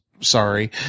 sorry